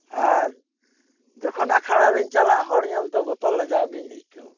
ᱟᱨ ᱡᱚᱠᱷᱚᱱ ᱟᱠᱷᱲᱟ ᱨᱮᱧ ᱪᱟᱞᱟᱜ ᱦᱚᱲ ᱧᱮᱞ ᱛᱮ ᱵᱚᱛᱚᱨ ᱞᱟᱡᱟᱣ ᱜᱮᱧ ᱟᱹᱭᱠᱟᱹᱣ